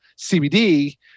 CBD